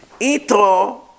Itro